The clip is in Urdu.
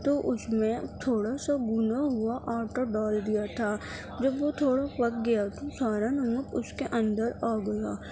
تو اس میں تھوڑا سا گنا ہوا آٹا ڈال دیا تھا جب وہ تھوڑا پک گیا تو سارا نمک اس کے اندر آ گیا